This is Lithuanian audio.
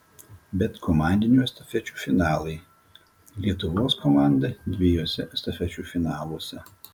bet komandinių estafečių finalai lietuvos komanda dviejuose estafečių finaluose